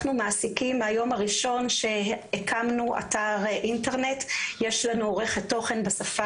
מהיום הראשון שהקמנו אתר אינטרנט יש לנו עורכת תוכן בשפה